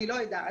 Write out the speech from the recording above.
אני לא יודעת.